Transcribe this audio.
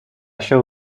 się